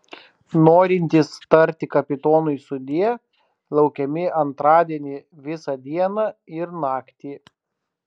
norintys tarti kapitonui sudie laukiami antradienį visą dieną ir naktį